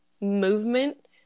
movement